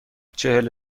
چهل